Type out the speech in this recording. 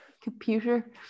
computer